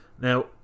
Now